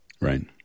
Right